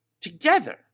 together